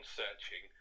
searching